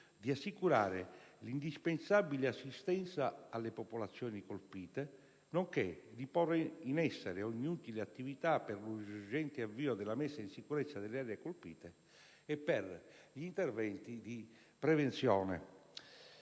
di assicurare l'indispensabile assistenza alle popolazioni colpite, nonché di porre in essere ogni utile attività per l'urgente avvio della messa in sicurezza delle aree colpite e per gli interventi di prevenzione.